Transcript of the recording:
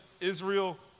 Israel